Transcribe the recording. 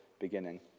beginning